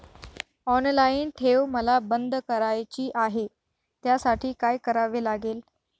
Online ठेव मला बंद करायची आहे, त्यासाठी काय करावे लागेल?